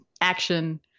action